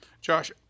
Josh